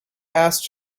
asked